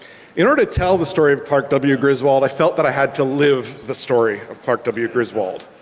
in order to tell the story of clark w. griswold i felt that i had to live the story of clark w. griswold.